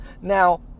Now